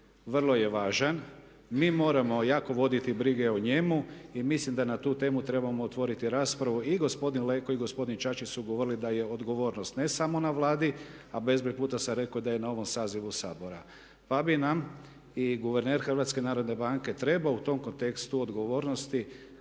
vrlo je važan. Mi moramo jako voditi brige o njemu i mislim da na tu temu trebamo otvoriti raspravu. I gospodin Leko i gospodin Čačić su govorili da je odgovornost ne samo na Vladi. A bezbroj puta sam rekao da je i na ovom sazivu Sabora. Pa bi nam i guverner HNB-a trebao u tom kontekstu odgovornosti